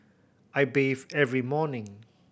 I bathe every morning